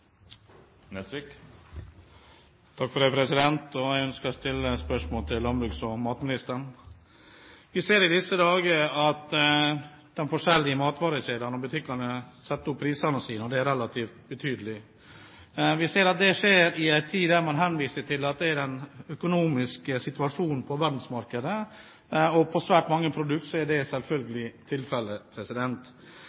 Nesvik. Jeg ønsker å stille spørsmål til landsbruks- og matministeren. Vi ser i disse dager at de forskjellige matvarekjedene og -butikkene setter opp prisene sine – og det relativt betydelig. Vi ser at det skjer i en tid der man henviser til at det skyldes den økonomiske situasjonen på verdensmarkedet, og for svært mange produkt er det